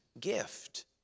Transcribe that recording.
gift